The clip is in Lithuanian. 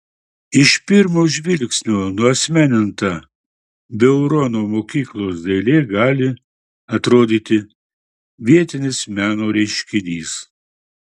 iš pirmo žvilgsnio nuasmeninta beurono mokyklos dailė gali atrodyti vietinis meno reiškinys